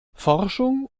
forschung